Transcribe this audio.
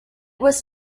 was